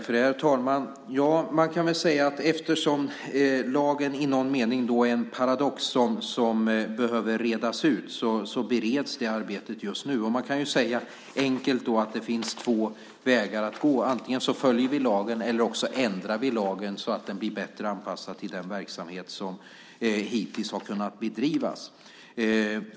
Herr talman! Man kan väl säga att eftersom lagen i någon mening är en paradox som behöver redas ut så bereds det arbetet just nu. Man kan enkelt säga att det finns två vägar att gå. Antingen följer vi lagen eller så ändrar vi lagen så att den blir bättre anpassad till den verksamhet som hittills har kunnat bedrivas.